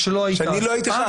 שלא הייתי חבר כנסת.